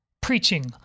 preaching